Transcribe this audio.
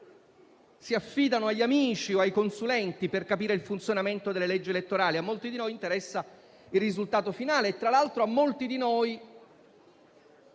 si affidino agli amici o ai consulenti per capire il funzionamento delle leggi elettorali. A molti di noi interessa il risultato finale e, tra l'altro, a molti di noi